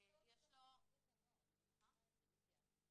יש לו --- אני לא מבינה את זה, לידיה.